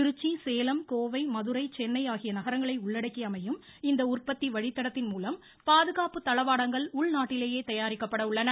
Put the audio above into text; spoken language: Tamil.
திருச்சி சேலம் கோவை மதுரை சென்னை ஆகிய நகரங்களை உள்ளடக்கி அமையும் இந்த உற்பத்தி வழித்தடத்தின் மூலம் பாதுகாப்பு தளவாடங்கள் உள்நாட்டிலேயே தயாரிக்கப்பட உள்ளன